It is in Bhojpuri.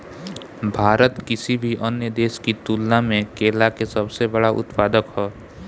भारत किसी भी अन्य देश की तुलना में केला के सबसे बड़ा उत्पादक ह